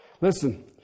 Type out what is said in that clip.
Listen